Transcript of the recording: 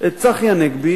צחי הנגבי,